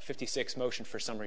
fifty six motion for summ